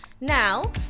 Now